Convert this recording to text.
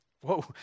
whoa